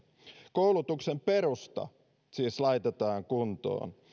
koulutuksen perusta siis laitetaan kuntoon